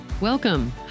Welcome